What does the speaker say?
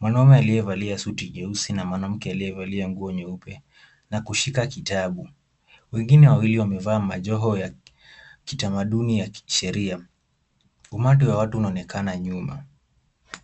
Mwanamume aliyevalia suti jeusi na mwanamke aliyevalia nguo nyeupe na kushika kitabu. Wengine wawili wamevaa majoho ya kitamaduni ya kisheria. Umati wa watu unaonekana nyuma.